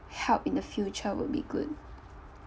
help in the future would be good